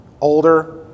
Older